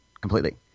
completely